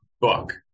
book